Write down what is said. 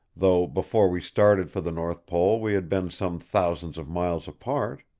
though before we started for the north pole we had been some thousands of miles apart.